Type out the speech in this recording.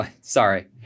Sorry